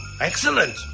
Excellent